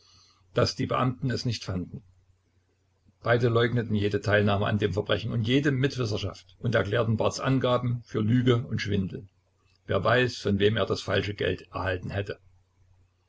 daß die beamten es nicht fanden beide leugneten jede teilnahme an dem verbrechen und jede mitwisserschaft und erklärten barths angaben für lüge und schwindel wer weiß von wem er das falsche geld erhalten hätte